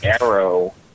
Arrow